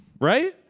Right